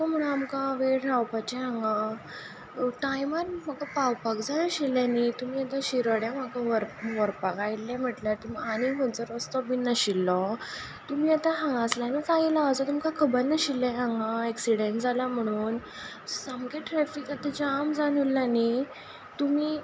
आतां कितको म्हणून आमकां वेळ रावपाचें हांगा टायमान म्हाका पावपाक जाय आशिल्लें न्ही तुमी आतां शिरोड्यां म्हाका व्हर व्हरपाक आयिल्ले म्हटल्यार तुमी आनी खंयचो रस्तो बीन नाशिल्लो तुमी आतां हांगासल्ल्यानूच आयला सो तुमकां खबर नाशिल्लें हांगा एक्सिडंट जाला म्हुणून सामकें ट्रॅफिक आतां जाम जावन उरलां न्ही तुमी